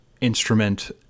instrument